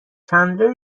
چندلر